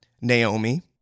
Naomi